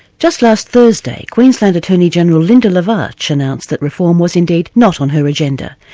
just last thursday, queensland attorney-general linda lavarch announced that reform was indeed not on her agenda,